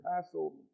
Passover